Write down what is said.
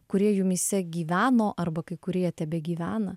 kurie jumyse gyveno arba kai kurie tebegyvena